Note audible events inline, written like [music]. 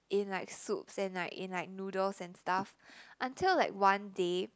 in like soups and like in like noodles and stuff [breath] until like one day